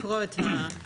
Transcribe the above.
לקרוא את השאלון,